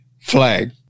flag